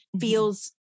feels